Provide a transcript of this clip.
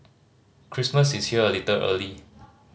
Christmas is here a little early